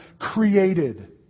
created